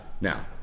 Now